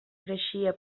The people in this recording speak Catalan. creixia